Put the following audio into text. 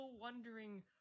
wondering